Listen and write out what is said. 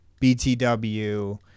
BTW